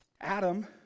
Adam